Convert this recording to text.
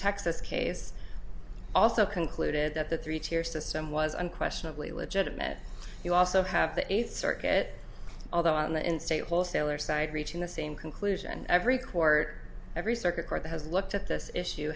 texas case also concluded that the three tier system was unquestionably legitimate you also have the eighth circuit although on the in state wholesaler side reaching the same conclusion every court every circuit court has looked at this issue